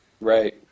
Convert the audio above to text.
right